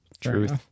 Truth